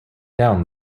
down